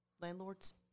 landlords